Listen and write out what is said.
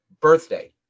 birthday